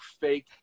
fake